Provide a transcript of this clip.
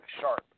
sharp